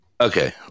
Okay